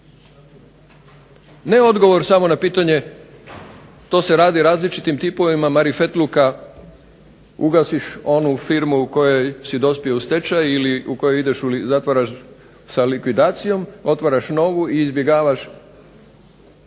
ne odgovor samo na pitanje to se radi različitim tipovima marifetluka, ugasiš onu firmu u kojoj si dospio u stečaj ili koju zatvaraš sa likvidacijom, otvaraš novu i izbjegavaš